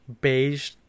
beige